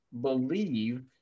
believe